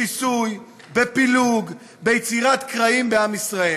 בשיסוי, בפילוג, ביצירת קרעים בעם ישראל.